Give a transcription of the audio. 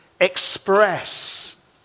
express